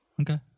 Okay